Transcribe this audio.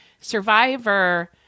Survivor